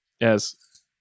Yes